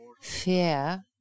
fear